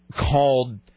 called